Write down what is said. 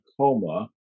coma